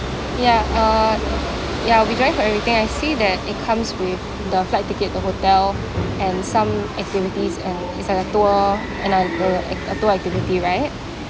ya uh ya we join for everything I see that it comes with the flight ticket the hotel and some activities uh it's like a tour and uh a a tour activity right